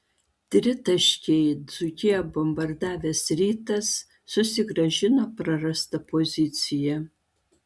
tritaškiai dzūkiją bombardavęs rytas susigrąžino prarastą poziciją